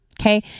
Okay